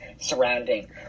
surrounding